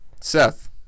Seth